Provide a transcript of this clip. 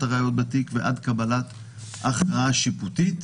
הראיות בתיק ועד קבלת הכרעה שיפוטית.